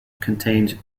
contained